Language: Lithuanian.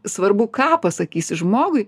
svarbu ką pasakysi žmogui